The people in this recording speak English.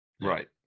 right